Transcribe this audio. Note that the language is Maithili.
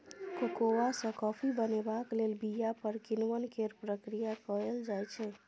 कोकोआ सँ कॉफी बनेबाक लेल बीया पर किण्वन केर प्रक्रिया कएल जाइ छै